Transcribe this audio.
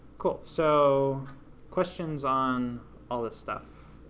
cool. so questions on all this stuff?